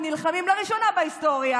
לא, אין זמן לספר.